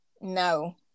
no